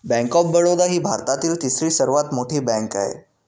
bank of Baroda ही भारतातील तिसरी सर्वात मोठी बँक आहे